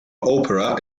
opera